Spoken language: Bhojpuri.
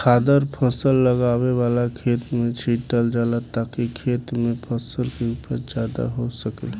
खादर फसल लगावे वाला खेत में छीटल जाला ताकि खेत में फसल के उपज ज्यादा हो सके